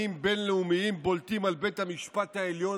בין-לאומיים בולטים על בית המשפט העליון,